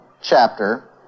chapter